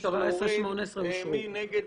מי נגד?